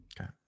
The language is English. Okay